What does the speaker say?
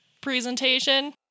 presentation